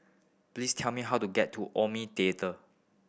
please tell me how to get to Omni Theatre